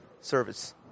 service